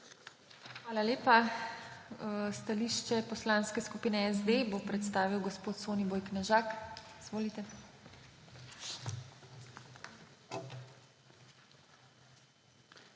Hvala lepa. Stališče Poslanske skupine SD bo predstavil gospod Soniboj Knežak.